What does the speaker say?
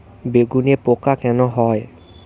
বেগুনে পোকা কেন হয়?